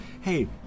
hey